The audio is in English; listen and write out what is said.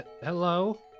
hello